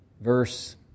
verse